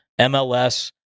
MLS